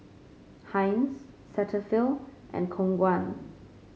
Heinz Cetaphil and Khong Guan